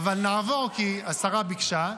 אבל נעבור כי השרה ביקשה.